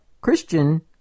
Christian